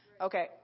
okay